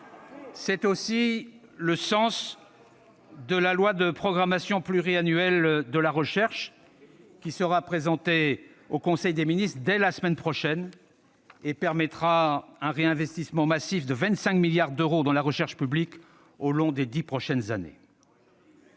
C'est aussi le sens de la loi de programmation pluriannuelle de la recherche, qui sera présentée au conseil des ministres dès la semaine prochaine et qui permettra un réinvestissement massif de 25 milliards d'euros dans la recherche publique au long des dix prochaines années.